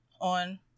on